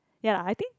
ya lah I think